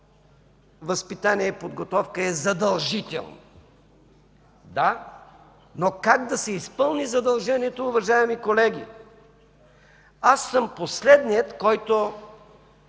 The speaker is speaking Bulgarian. възпитание и подготовка е задължително. Да, но как да се изпълни задължението, уважаеми колеги? Аз съм последният, който